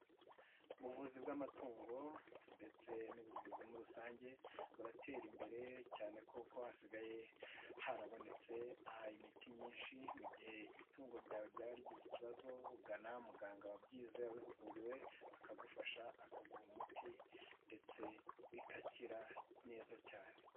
Ubuvuzi bw'amatungo ndetse n'ubuvuzi muri rusange, buratera imbere cyane kuko hasigaye harabonetse imiti myinshi, mu gihe itungo ryawe ryabagize ikibazo, ugana muganga wabyize, wabihuguriwe, akagufasha, akaguha umuti ndetse ikakira neza cyane.